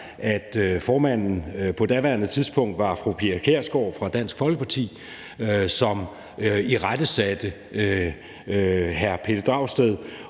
at formanden på daværende tidspunkt var fru Pia Kjærsgaard fra Dansk Folkeparti, og hun irettesatte hr. Pelle Dragsted